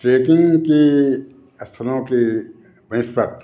trekking के स्थलों के बेस पर